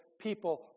people